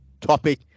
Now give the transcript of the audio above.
topic